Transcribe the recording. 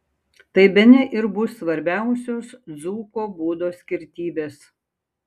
tai bene ir bus svarbiausios dzūko būdo skirtybės